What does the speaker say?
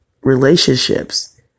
relationships